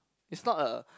it's not a